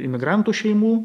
imigrantų šeimų